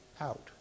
out